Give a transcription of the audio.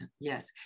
Yes